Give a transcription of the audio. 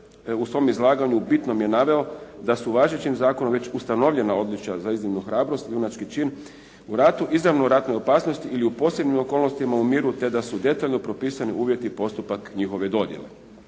u svom izlaganju u bitnom je naveo da su važećim zakonom već ustanovljena odličja za iznimnu hrabrost, junački čin u ratu, izravnoj ratnoj opasnosti ili u posebnim okolnostima u miru, te da su detaljno propisani uvjeti i postupak njihove dodjele.